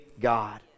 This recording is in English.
God